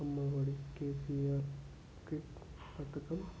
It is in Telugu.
అమ్మ ఒడి కెసిఆర్ కిట్ పథకం